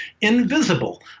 invisible